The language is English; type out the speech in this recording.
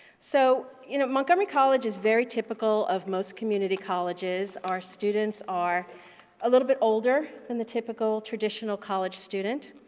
so, you know, montgomery college is very typical of most community colleges. our students are a little bit older than the typical traditional college student.